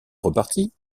repartie